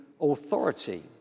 authority